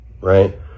right